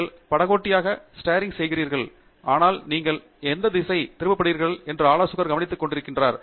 நீங்கள் படகோட்டியாக ஸ்டேரிங் செய்கிறீர்கள் ஆனால் நீங்கள் எங்கு திசை திருப்பப்படுகிறீர்கள் என்று ஆலோசகர் கவனித்துக் கொண்டிருக்கிறார்